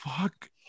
Fuck